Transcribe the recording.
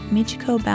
Michiko